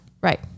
Right